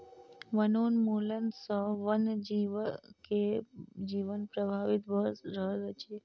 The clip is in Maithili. वनोन्मूलन सॅ वन जीव के जीवन प्रभावित भ रहल अछि